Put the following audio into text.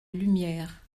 lumière